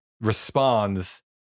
responds